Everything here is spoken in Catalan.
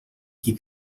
qui